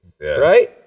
Right